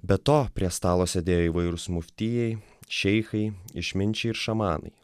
be to prie stalo sėdėjo įvairūs muftijai šeichai išminčiai ir šamanai